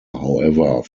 however